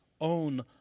own